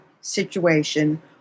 situation